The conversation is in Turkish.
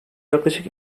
yaklaşık